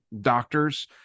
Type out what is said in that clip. doctors